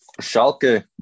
Schalke